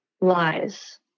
lies